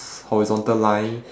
horizontal line